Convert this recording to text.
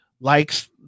likes